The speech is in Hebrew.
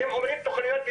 אתם מדברים על תוכניות,